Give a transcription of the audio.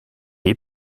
est